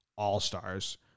all-stars